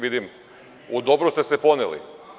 Vidim, u dobru ste se poneli.